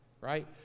Right